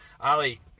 Ali